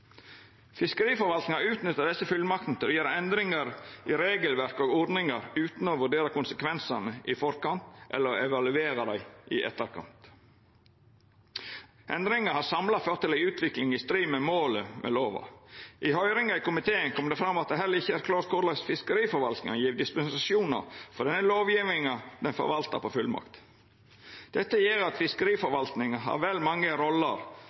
Fiskeriforvaltinga utnyttar desse fullmaktene til å gjera endringar i regelverk og ordningar utan å vurdera konsekvensane i forkant eller evaluera dei i etterkant. Endringa har samla ført til ei utvikling i strid med målet med lova. I komitéhøyringa kom det fram at det heller ikkje er klart korleis fiskeriforvaltinga gjev dispensasjonar for den lovgjevinga ho forvaltar på fullmakt. Dette gjer at fiskeriforvaltinga har vel mange